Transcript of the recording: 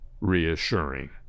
reassuring